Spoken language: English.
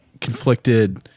conflicted